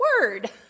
word